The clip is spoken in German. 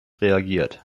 reagiert